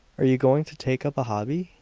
are you going to take up a hobby?